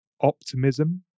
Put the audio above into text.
optimism